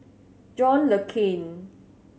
John Le Cain